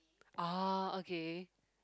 oh okay